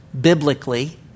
biblically